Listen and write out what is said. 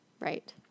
Right